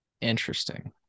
Interesting